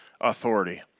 authority